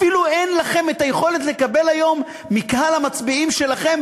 אפילו אין לכם יכולת לקבל היום מקהל המצביעים שלכם